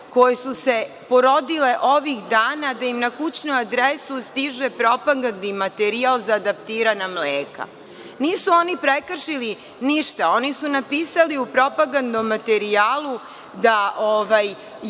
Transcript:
koje su se porodile ovih dana, da im na kućnu adresu stiže propagandni materijal za adaptirana mleka? Nisu oni prekršili ništa, oni su napisali u propagandnom materijalu da